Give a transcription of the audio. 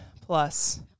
plus